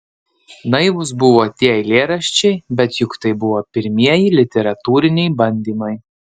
naivūs buvo tie eilėraščiai bet juk tai buvo pirmieji literatūriniai bandymai